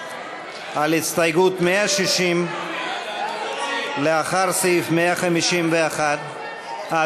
על הסתייגות 160 לאחר סעיף 151. אה,